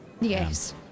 Yes